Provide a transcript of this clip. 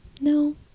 No